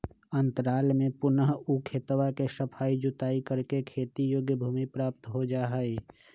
अंतराल में पुनः ऊ खेतवा के सफाई जुताई करके खेती योग्य भूमि प्राप्त हो जाहई